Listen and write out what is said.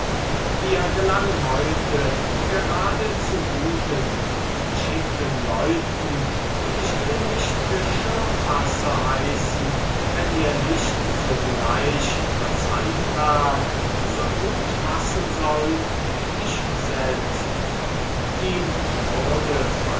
wir gelangen heute gerade zu guten und geschickten leuten und ich will nicht geschirrfasser heißen wenn ihr nicht sogleich das handwerk so gut fassen sollt wie ich selbst ihm wurde